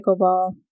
pickleball